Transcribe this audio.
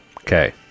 Okay